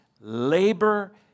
labor